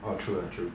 orh true ah true